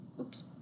oops